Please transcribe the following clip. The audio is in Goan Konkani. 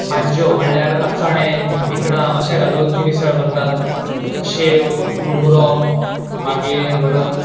भाज्जयो म्हणजे चणे भिकणां अशें घालून ती मिसळ करतात शेव मुरमुरो मागीर